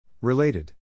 Related